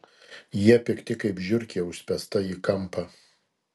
jie pikti kaip žiurkė užspęsta į kampą